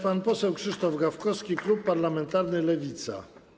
Pan poseł Krzysztof Gawkowski, klub parlamentarny Lewica.